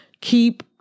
keep